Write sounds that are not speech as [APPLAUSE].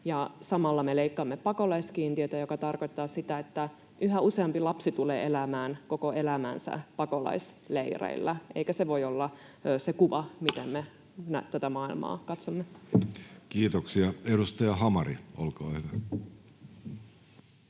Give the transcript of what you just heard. Samalla me leikkaamme pakolaiskiintiötä, mikä tarkoittaa sitä, että yhä useampi lapsi tulee elämään koko elämänsä pakolaisleireillä, eikä se voi olla se kuva, [NOISE] miten me tätä maailmaa katsomme. Kiitoksia. — Edustaja Hamari, olkaa hyvä.